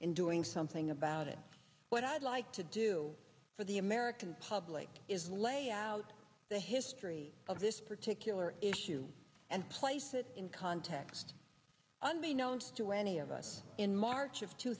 in doing something about it what i'd like to do for the american public is lay out the history of this particular issue and place it in context unbeknownst to any of us in march of two